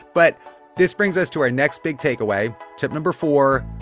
but this brings us to our next big takeaway tip number four,